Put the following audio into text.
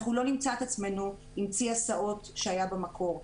אנחנו לא נמצא את עצמנו עם צי הסעות היה במקור,